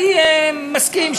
אני מסכים,